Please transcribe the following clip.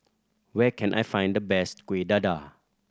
where can I find the best Kuih Dadar